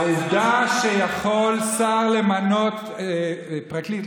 העובדה שיכול שר למנות פרקליט,